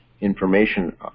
information